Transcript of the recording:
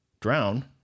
drown